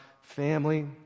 family